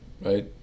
right